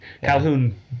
Calhoun